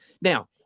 Now